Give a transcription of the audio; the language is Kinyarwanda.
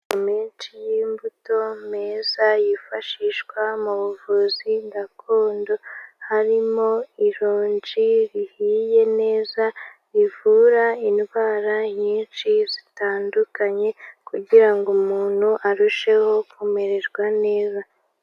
Amoko menshi y'imbuto meza yifashishwa mu buvuzi gakondo; harimo ironji rihiye neza rivura indwara nyinshi zitandukanye kugira ngo umuntu arusheho kumererwa neza.